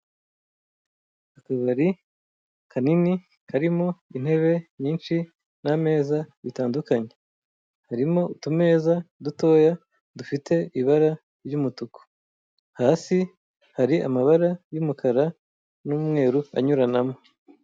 Akabari kanini karimo intebe nyinshi n'ameza bitandukanye harimo utumeza dutoya dufite ibara ry'umutuku hasi hari amabara y'umukara n'umweru anyuranamo.